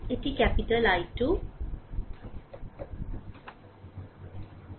এটি I2